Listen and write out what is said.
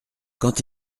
quand